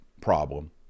problem